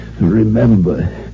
remember